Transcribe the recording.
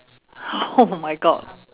oh my god